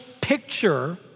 picture